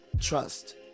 trust